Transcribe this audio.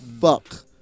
Fuck